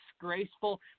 disgraceful